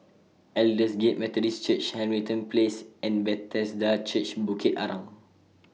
Aldersgate Methodist Church Hamilton Place and Bethesda Church Bukit Arang